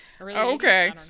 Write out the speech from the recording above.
okay